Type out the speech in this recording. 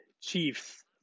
Chiefs